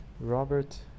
Robert